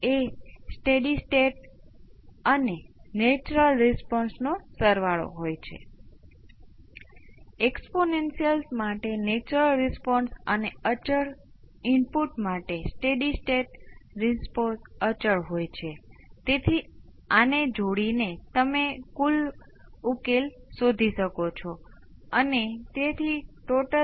તેના માટે તમે હવે કલ્પના કરી શકો છો કે કદાચ તમારી પાસે પ્રથમ ઓર્ડર સિસ્ટમ હશે તે એક્સપોનેનશીયલ આઉટપુટ આપે છે અને તમે તેને બીજી પ્રથમ ઓર્ડર સિસ્ટમમાં ઉમેર્યું છે તેથી જ જો આપણે આવું કરીએ તો આપણે આનો અભ્યાસ કરીએ છીએ તેથી તે કંઈક આવું કરવાની પ્રેરણા આપે છે